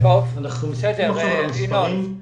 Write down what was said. אנחנו מסתכלים עכשיו על המספרים,